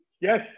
Yes